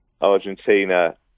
Argentina